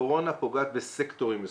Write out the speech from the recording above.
הקורונה פוגעת בסקטורים מסוימים.